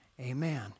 Amen